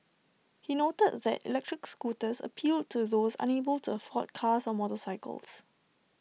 he noted that electric scooters appealed to those unable to afford cars or motorcycles